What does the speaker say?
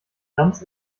sams